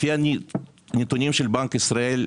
לפי הנתונים של בנק ישראל,